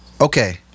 Okay